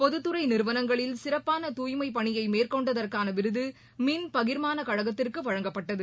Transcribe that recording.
பொதுத்துறை நிறுவனங்களில் சிறப்பான தூய்மை பணியை மேற்கொண்டதற்கான விருது மின் பகிர்மான கழகத்திற்கு வழங்கப்பட்டது